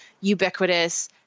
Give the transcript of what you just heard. ubiquitous